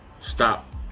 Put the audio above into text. stop